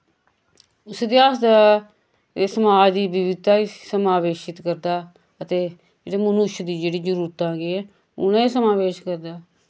उस इतिहीस दा एह् समाज दी बिबिदता गी समावेशित करदा ते मनुश्य दी जेह्ड़ी जरूरतां गी एह् उनां गी समावेश करदा